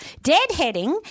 deadheading